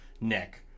Nick